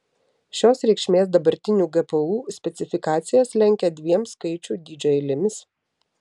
šios reikšmės dabartinių gpu specifikacijas lenkia dviem skaičių dydžio eilėmis